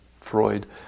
Freud